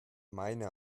meine